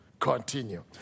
continue